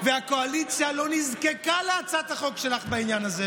והקואליציה לא נזקקה להצעת החוק שלך בעניין הזה,